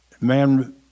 man